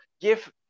give